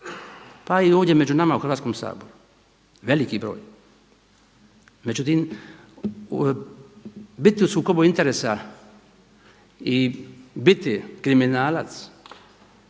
pa i ovdje među nama u Hrvatskom saboru. Veliki broj. Međutim, biti u sukobu interesa i biti kriminalac